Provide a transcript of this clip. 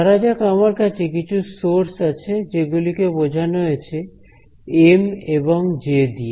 ধরা যাক আমাদের কাছে কিছু সোর্স আছে যেগুলি কে বোঝানো হয়েছে এম এবং জে দিয়ে